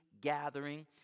gathering